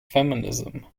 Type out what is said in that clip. feminism